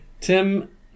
Tim